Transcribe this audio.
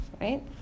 right